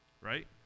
right